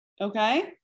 Okay